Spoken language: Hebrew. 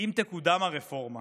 אם תקודם הרפורמה